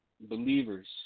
believers